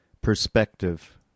perspective